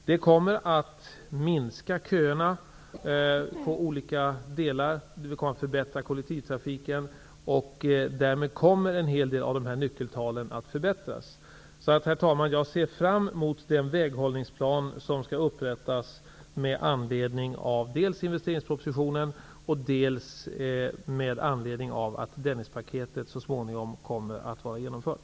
Det kommer att innebära minskade köer i olika delar av länet och det kommer att förbättra kollektivtrafiken. Därmed kommer en hel del av dessa nyckeltal att förbättras. Herr talman, jag ser fram mot den väghållningsplan som skall upprättas med anledning av dels investeringspropositionen och dels med anledning av att Dennispaketet så småningom kommer att vara genomfört.